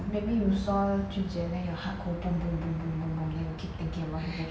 maybe you saw jun jie then your heart go boom boom boom boom boom boom boom then you keep thinking about